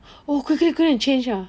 oh quick quick go and change ah